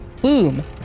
Boom